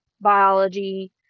biology